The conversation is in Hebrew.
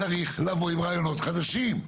צריך לבוא עם רעיונות חדשים.